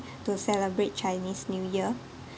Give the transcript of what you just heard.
to celebrate chinese new year